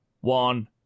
one